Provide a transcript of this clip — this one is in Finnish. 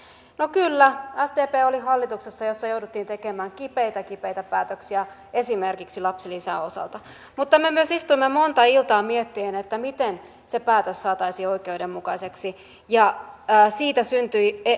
kyllä sdp oli hallituksessa jossa jouduttiin tekemään kipeitä kipeitä päätöksiä esimerkiksi lapsilisän osalta mutta me myös istuimme monta iltaa miettien sitä miten se päätös saataisiin oikeudenmukaiseksi ja siitä syntyi